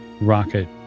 rocket